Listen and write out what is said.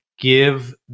give